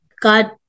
God